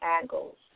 angles